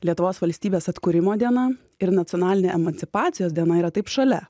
lietuvos valstybės atkūrimo diena ir nacionalinė emancipacijos diena yra taip šalia